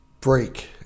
break